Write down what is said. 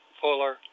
fuller